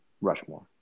Rushmore